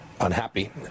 unhappy